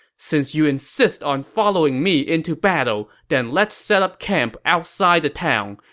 since you insist on following me into battle, then let's set up camp outside the town.